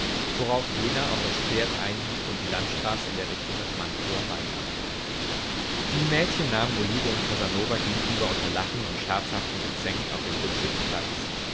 worauf jener auf das pferd einhieb und die landstraße in der richtung nach mantua weiterfuhr die mädchen nahmen olivo und casanova gegenüber unter lachen und scherzhaftem gezänk auf dem rücksitz